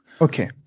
Okay